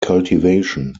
cultivation